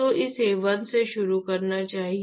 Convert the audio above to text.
तो इसे 1 से शुरू करना चाहिए